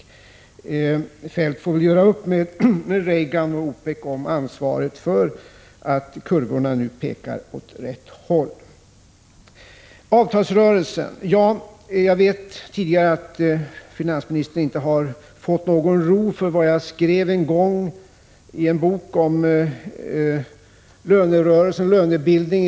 Kjell-Olof Feldt får väl göra upp med Reagan och OPEC om äran av att kurvorna nu pekar åt rätt håll. Beträffande avtalsrörelsen vill jag säga att jag vet att finansministern inte har fått någon ro med anledning av vad jag en gång skrev i en bok beträffande lönebildning.